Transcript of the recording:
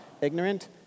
ignorant